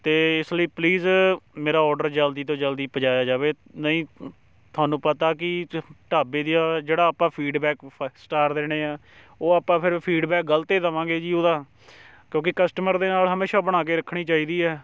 ਅਤੇ ਇਸ ਲਈ ਪਲੀਜ਼ ਮੇਰਾ ਔਡਰ ਜਲਦੀ ਤੋਂ ਜਲਦੀ ਪਜਾਇਆ ਜਾਵੇ ਨਹੀਂ ਤੁਹਾਨੂੰ ਪਤਾ ਕਿ ਢਾਬੇ ਦਾ ਜਿਹੜਾ ਆਪਾਂ ਫੀਡਬੈਕ ਸਟਾਰ ਦੇਣੇ ਆ ਉਹ ਆਪਾਂ ਫਿਰ ਫੀਡਬੈਕ ਗਲਤ ਏ ਦਵਾਂਗੇ ਜੀ ਉਹਦਾ ਕਿਉਂਕਿ ਕਸਟਮਰ ਦੇ ਨਾਲ ਹਮੇਸ਼ਾ ਬਣਾ ਕੇ ਰੱਖਣੀ ਚਾਹੀਦੀ ਹੈ